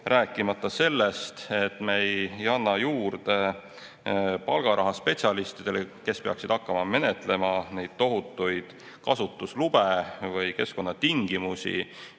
Rääkimata sellest, et me ei anna juurde palgaraha spetsialistidele, kes peaksid hakkama menetlema seda tohutut hulka kasutuslube ja [jälgima] keskkonnatingimusi,